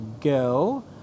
go